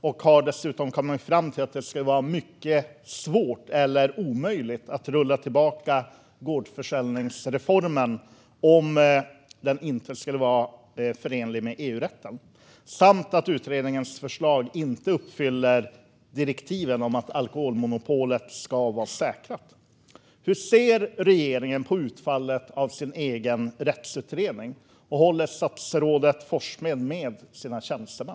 De har dessutom kommit fram till att det skulle vara mycket svårt eller omöjligt att rulla tillbaka gårdsförsäljningsreformen om den inte skulle vara förenlig med EU-rätten samt att utredningens förslag inte uppfyller direktiven om att alkoholmonopolet ska vara säkrat. Hur ser regeringen på utfallet av den egna rättsutredningen? Och håller statsrådet Forssmed med sina tjänstemän?